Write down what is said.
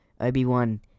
Obi-Wan